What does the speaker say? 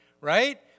right